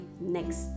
next